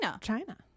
China